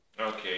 Okay